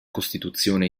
costituzione